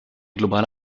globale